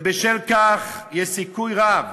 ובשל כך יש סיכוי רב